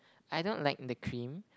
I don't like the cream